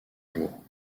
jours